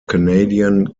canadian